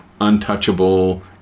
untouchable